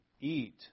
eat